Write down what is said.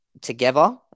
together